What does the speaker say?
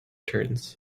turns